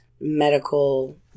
medical